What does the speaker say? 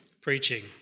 preaching